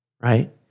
right